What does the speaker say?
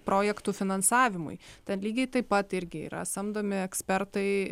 projektų finansavimui ten lygiai taip pat irgi yra samdomi ekspertai